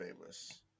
famous